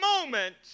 moment